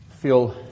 feel